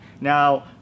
now